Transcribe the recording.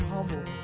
Humble